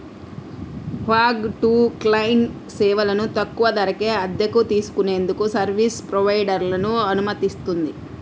fog to cloud సేవలను తక్కువ ధరకే అద్దెకు తీసుకునేందుకు సర్వీస్ ప్రొవైడర్లను అనుమతిస్తుంది